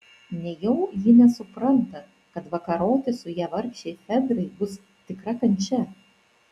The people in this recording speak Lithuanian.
nejau ji nesupranta kad vakaroti su ja vargšei fedrai bus tikra kančia